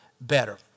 better